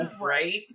Right